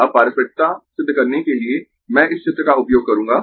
अब पारस्परिकता सिद्ध करने के लिए मैं इस चित्र का उपयोग करूंगा